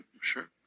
Sure